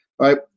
Right